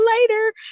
later